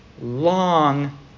long